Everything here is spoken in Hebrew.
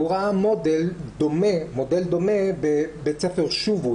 הוא ראה מודל דומה בבית ספר "שובו",